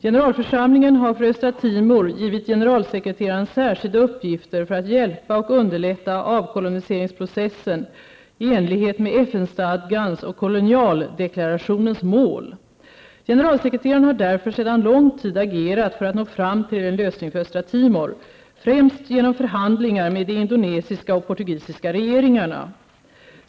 Generalförsamlingen har för Östra Timor givit generalsekreteraren särskilda uppgifter för att hjälpa och underlätta avkoloniseringsprocessen i enlighet med FN-stadgans och kolonialdeklarationens mål. Generalsekreteraren har därför sedan lång tid agerat för att nå fram till en lösning för Östra Timor, främst genom förhandlingar med de indonesiska och portugisiska regeringarna.